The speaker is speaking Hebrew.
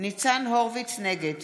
נגד